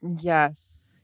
Yes